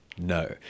no